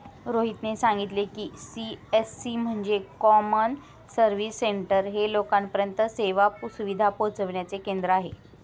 रोहितने सांगितले की, सी.एस.सी म्हणजे कॉमन सर्व्हिस सेंटर हे लोकांपर्यंत सेवा सुविधा पोहचविण्याचे केंद्र आहे